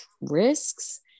risks